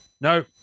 no